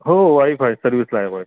हो वाईफ आहे सर्विसला आहे वाईफ